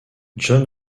john